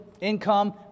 Income